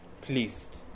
pleased